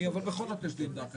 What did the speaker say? אבל בכל זאת יש לי עמדה אחרת.